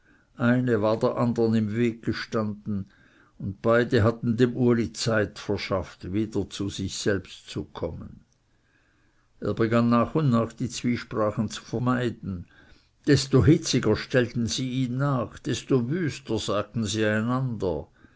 eine war der andern im wege gestanden und beide hatten dem uli zeit verschafft wieder zu sich selbst zu kommen er begann nach und nach die zwiesprachen zu vermeiden desto hitziger stellten sie ihm nach desto wüster sagten sie einander